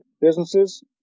businesses